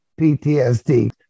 PTSD